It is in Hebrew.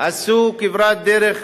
עשו כברת דרך